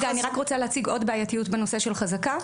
אני רק רוצה להציג עוד בעייתיות בנושא של חזקה.